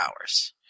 hours